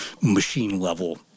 machine-level